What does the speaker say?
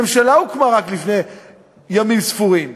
ממשלה הוקמה רק לפני ימים ספורים.